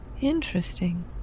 Interesting